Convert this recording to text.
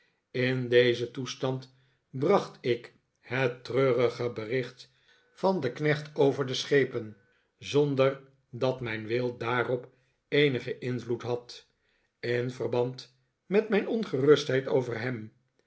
in dezen toestand bracht ik het treurige bericht van den knecht over de schepen zonder dat mijn wil daarop eenigen invloed had in verband met mijn ongerustheid over ham